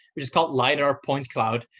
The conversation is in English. which is called lidar point cloud.